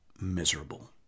miserable